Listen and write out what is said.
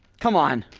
come on